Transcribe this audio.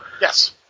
yes